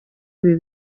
ibi